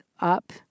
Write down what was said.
up